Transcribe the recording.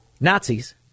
Nazis